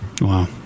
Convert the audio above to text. wow